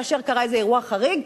כאשר קרה איזה אירוע חריג,